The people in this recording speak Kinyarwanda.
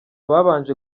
babanje